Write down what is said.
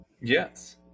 Yes